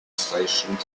station